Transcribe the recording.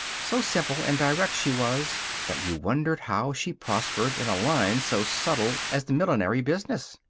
so simple and direct she was that you wondered how she prospered in a line so subtle as the millinery business.